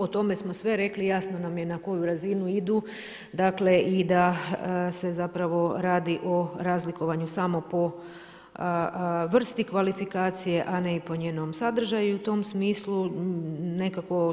O tome smo sve rekli, jasno nam je na koju razinu idu i da se zapravo radi o razlikovanju samo po vrsti kvalifikacije, a ne i po njenom sadržaju i u tom smislu